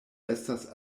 estas